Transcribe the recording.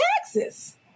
taxes